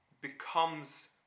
becomes